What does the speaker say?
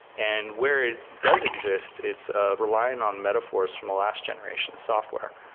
and where it does exist, it's ah relying on metaphors from the last generation of software.